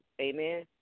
Amen